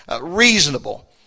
reasonable